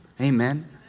Amen